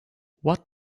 what